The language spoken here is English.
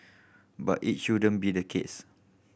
but it shouldn't be the case